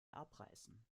abreißen